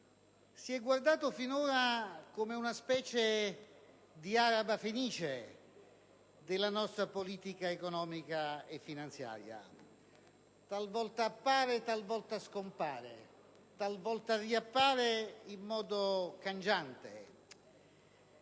si è guardato finora come ad una specie di araba fenice della nostra politica economica e finanziaria: talvolta appare e talvolta scompare; talvolta riappare in modo cangiante.